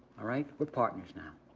all right? we're partners now,